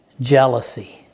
jealousy